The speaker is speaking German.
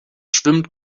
schwimmt